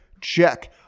Check